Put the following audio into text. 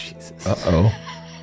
Uh-oh